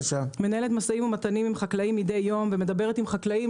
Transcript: משאים ומתנים עם חקלאים מידי יום ומדברת עם חקלאים,